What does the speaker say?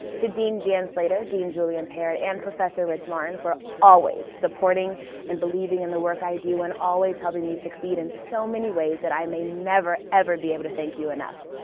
to dean jan slater, dean julian parrott and professor rich marin for always supporting and believing in the work i do and always helping me succeed in so many ways that i may never ever be able to thank you enough.